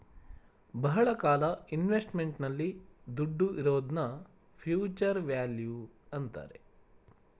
ಬಹಳ ಕಾಲ ಇನ್ವೆಸ್ಟ್ಮೆಂಟ್ ನಲ್ಲಿ ದುಡ್ಡು ಇರೋದ್ನ ಫ್ಯೂಚರ್ ವ್ಯಾಲ್ಯೂ ಅಂತಾರೆ